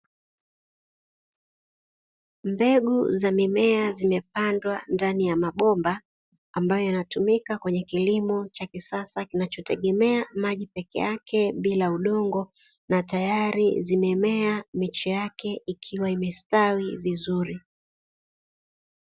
Mbegu za mimea zimepandwa ndani ya mabomba ambayo yanatumika kwenye kilimo cha kisasa kinachotegemea maji peke yake bila udongo na tayari zimemea miche yake ikiwa imestawi vizuri.